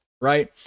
right